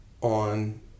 on